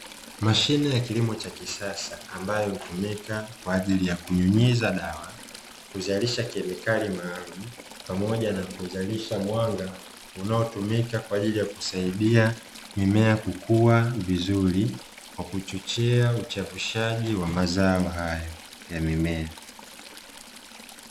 Mashine ya kilimo cha kisasa ambayo hutumika kwa ajili ya kunyunyiza dawa, kuzalisha kemikali maalumu, pamoja na kuzalisha mwanga unaotumika kwa ajili ya kusaidia mimea kukua vizuri kwa kuchochea uchavushaji wa mazao hayo ya mimea.